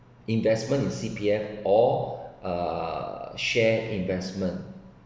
investment in C_P_F or uh share investment